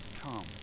come